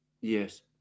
Yes